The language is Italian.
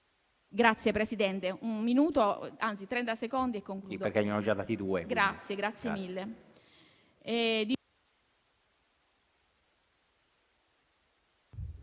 Grazie, Presidente,